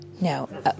No